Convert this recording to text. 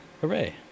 Hooray